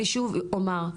אני שוב אומר,